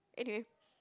anyway